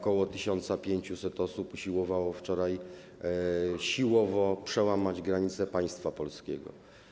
Ok. 1500 osób usiłowało wczoraj siłowo przełamać granicę państwa polskiego.